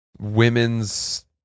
Women's